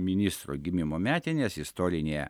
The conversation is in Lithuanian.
ministro gimimo metines istorinėje